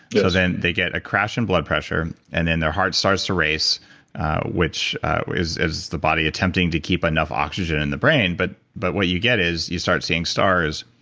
so then they get a crash in blood pressure and then their heart starts to race which is is the body attempting to keep enough oxygen in the brain. but but what you get is you start seeing stars,